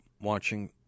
watching